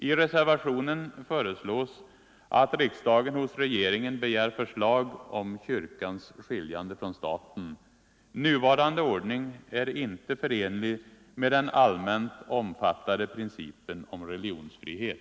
I reservationen föreslås att riksdagen hos regeringen begär förslag om kyrkans skiljande från staten. Nuvarande ordning är inte förenlig med den allmänt omfattade principen om religionsfrihet.